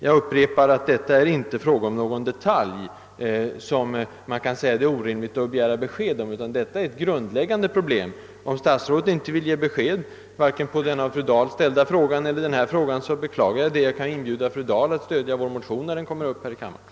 Jag upprepar att detta inte är någon detalj som man kan säga att det är orimligt att begära besked om, utan det är ett grundläggande problem. Om statsrådet inte vill ge besked vare sig på den av fru Dahl ställda frågan eller denna fråga beklagar jag det. Jag kan då bara inbjuda fru Dahl att stödja vår motion när den kommer upp här i kammaren.